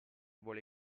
vuole